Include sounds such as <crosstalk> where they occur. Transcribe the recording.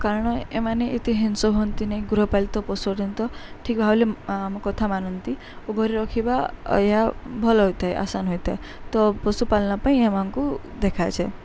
କାରଣ ଏମାନେ ଏତେ ହିଂସ୍ର ହୁଅନ୍ତି ନାହିଁ ଗୃହପାଳିତ ପଶୁ <unintelligible> ତ ଠିକ୍ ଭାବିରେ ଆମ କଥା ମାନନ୍ତି ଓ ଘରେ ରଖିବା ଏହା ଭଲ ହୋଇଥାଏ ଆସାନ ହୋଇଥାଏ ତ ପଶୁପାଳନ ପାଇଁ ଏମାନଙ୍କୁ ଦେଖାଯାଏ